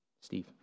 Steve